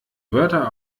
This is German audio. wörter